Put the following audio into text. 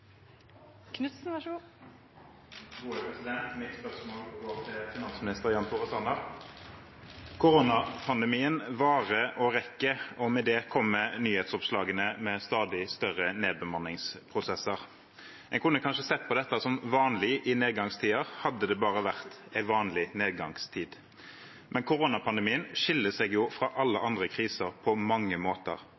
Mitt spørsmål går til finansminister Jan Tore Sanner. Koronapandemien varer og rekker, og med det kommer nyhetsoppslagene om stadig større nedbemanningsprosesser. En kunne kanskje sett på dette som vanlig i nedgangstider, hadde det bare vært en vanlig nedgangstid. Men koronapandemien skiller seg jo fra alle